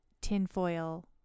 tinfoil